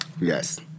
Yes